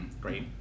Great